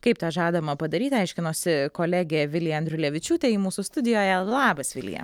kaip tą žadama padaryti aiškinosi kolegė vilija andriulevičiūtė ji mūsų studijoje labas vilija